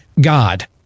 God